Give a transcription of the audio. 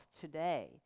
today